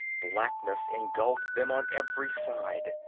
blackness engulfed them on every side,